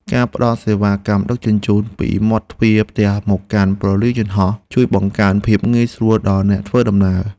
ការផ្តល់សេវាកម្មដឹកជញ្ជូនពីមាត់ទ្វារផ្ទះមកកាន់ព្រលានយន្តហោះជួយបង្កើនភាពងាយស្រួលដល់អ្នកធ្វើដំណើរ។